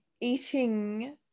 eating